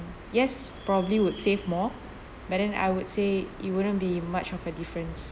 yes probably would save more but then I would say it wouldn't be much of a difference